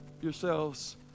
yourselves